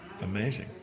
Amazing